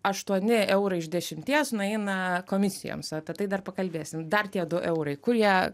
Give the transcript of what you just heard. aštuoni eurai iš dešimties nueina komisijoms apie tai dar pakalbėsim dar tie du eurai kur jie